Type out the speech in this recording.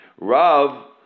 Rav